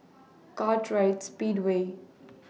Kartright Speedway